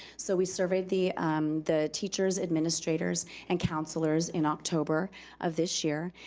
so we surveyed the the teachers, administrators, and counselors in october of this year.